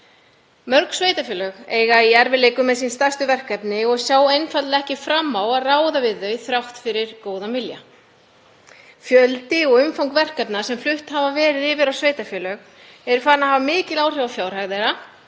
Mörg sveitarfélög eiga í erfiðleikum með sín stærstu verkefni og sjá einfaldlega ekki fram á að ráða við þau þrátt fyrir góðan vilja. Fjöldi og umfang verkefna sem flutt hafa verið yfir á sveitarfélög eru farin að hafa mikil áhrif á fjárhag þeirra